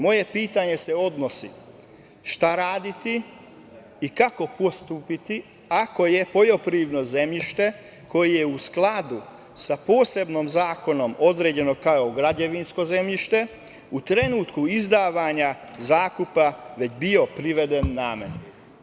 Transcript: Moje pitanje se odnosi - šta raditi i kako postupiti ako je poljoprivredno zemljište, koje je u skladu sa posebnim zakonom određeno kao građevinsko zemljište, u trenutku izdavanja zakupa već bio priveden nameni?